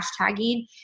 hashtagging